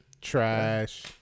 trash